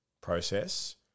process